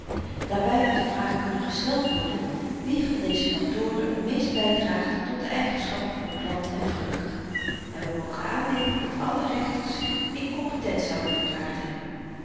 daarby had de vraag kunnen gesteld worden wie van deze faktoren t meest bydraagt tot de eigenschappen van plant en vrucht en we mogen aannemen dat alle rechters zich inkompetent zouden verklaard hebben